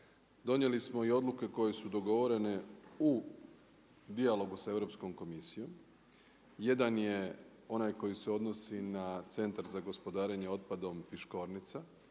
donijeli smo i odluke koje su dogovorene u dijalogu sa Europskom komisijom. Jedan je onaj koji se odnosi na Centar za gospodarenje otpadom Piškornica.